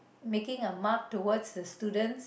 making a mark towards the student